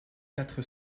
quatre